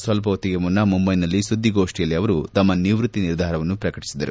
ಸ್ವಲ್ಪ ಹೊತ್ತಿಗೆ ಮುನ್ನ ಮುಂಬೈನಲ್ಲಿ ಸುದ್ದಿಗೋಷ್ಠಿಯಲ್ಲಿ ಅವರು ತಮ್ಮ ನಿವೃತ್ತಿ ನಿರ್ಧಾರವನ್ನು ಪ್ರಕಟಿಸಿದರು